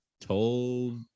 told